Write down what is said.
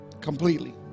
completely